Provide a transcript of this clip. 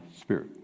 Spirit